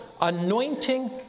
Anointing